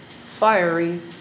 fiery